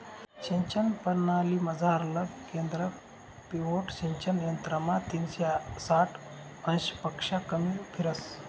सिंचन परणालीमझारलं केंद्र पिव्होट सिंचन यंत्रमा तीनशे साठ अंशपक्शा कमी फिरस